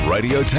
Radio